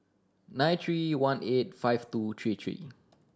nine three one eight five two three three